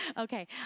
Okay